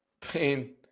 Pain